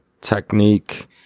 technique